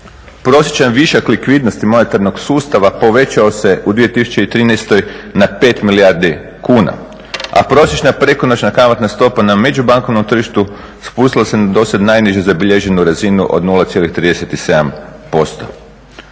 Prosječan višak likvidnosti monetarnog sustava povećao se u 2013.na 5 milijardi kuna, a prosječna prekonoćna kamatna stopa na međubankovnom tržištu spustila se na do sada najniže zabilježenu razinu od 0,37%.